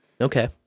Okay